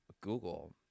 Google